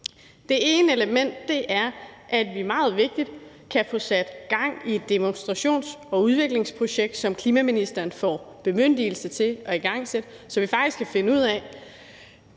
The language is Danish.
Det ene element er, at vi – det er meget vigtigt – kan få sat gang i et demonstrations- og udviklingsprojekt, som klimaministeren får bemyndigelse til at igangsætte, så vi faktisk kan finde ud af,